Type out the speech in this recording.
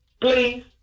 Please